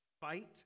fight